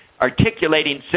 articulating